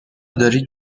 داری